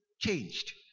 changed